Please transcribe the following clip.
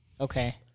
Okay